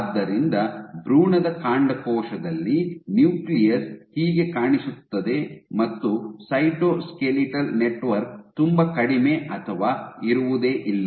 ಆದ್ದರಿಂದ ಭ್ರೂಣದ ಕಾಂಡಕೋಶದಲ್ಲಿ ನ್ಯೂಕ್ಲಿಯಸ್ ಹೀಗೆ ಕಾಣಿಸುತ್ತದೆ ಮತ್ತು ಸೈಟೋಸ್ಕೆಲಿಟಲ್ ನೆಟ್ವರ್ಕ್ ತುಂಬಾ ಕಡಿಮೆ ಅಥವಾ ಇರುವುದೇ ಇಲ್ಲ